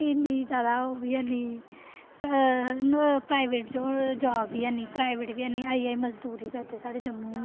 इ'न्नी जैदा ओह् बी है निं प्राइवेट जाब बी है निं प्राइवेट बी है निं आई जाइयै मजदूरी करदे साढ़े जम्मू दे लोक